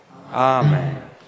Amen